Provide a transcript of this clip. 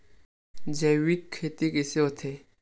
जैविक खेती कइसे होथे?